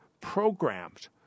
programmed